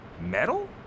Metal